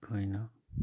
ꯑꯩꯈꯣꯏꯅ